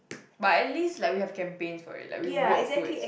but at least like we have campaigns for it like we work towards